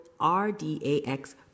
RDAX